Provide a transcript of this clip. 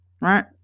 right